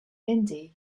indy